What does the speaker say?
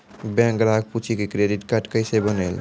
Bank ग्राहक पुछी की क्रेडिट कार्ड केसे बनेल?